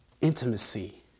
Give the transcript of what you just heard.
intimacy